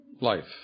life